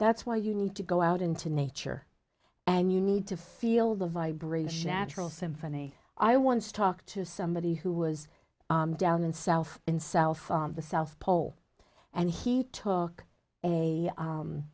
that's why you need to go out into nature and you need to feel the vibration natural symphony i want to talk to somebody who was down in south in south the south pole and he took a